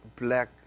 black